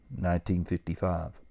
1955